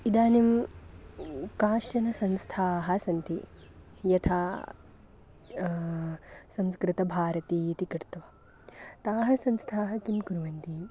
इदानीं काश्चन संस्थाः सन्ति यथा संस्कृतभारती इति कृत्वा ताः संस्थाः किं कुर्वन्ति